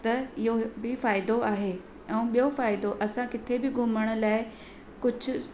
त इहो बि फायदो आहे ऐं ॿियो फ़ाइदो असां किथे बि घुमण लाइ कुझु